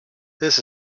this